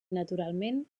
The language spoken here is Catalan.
naturalment